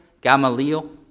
Gamaliel